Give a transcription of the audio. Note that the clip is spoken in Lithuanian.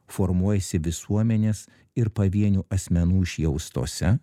formuojasi visuomenės ir pavienių asmenų išjaustose